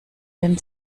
den